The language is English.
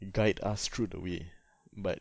guide us through the way but